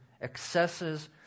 excesses